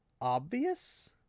obvious